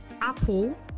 Apple